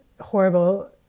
horrible